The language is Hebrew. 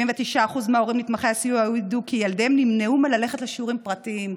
79% מההורים נתמכי הסיוע העידו כי ילדיהם נמנעו מללכת לשיעורים פרטיים.